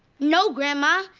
no, grandma!